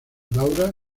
laura